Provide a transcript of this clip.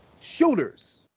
shooters